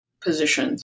positions